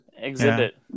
Exhibit